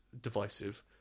divisive